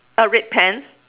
uh red pants